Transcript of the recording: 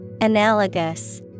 Analogous